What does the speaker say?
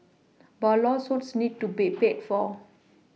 but lawsuits need to be paid for